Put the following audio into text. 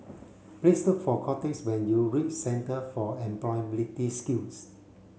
please look for Cortez when you reach Centre for Employability Skills